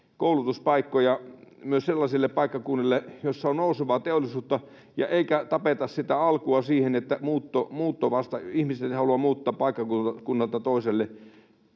koulutuspaikkoja myös sellaisille paikkakunnille, joilla on nousevaa teollisuutta, eikä tapeta sitä alkua siihen, että ihmiset eivät halua muuttaa paikkakunnalta toiselle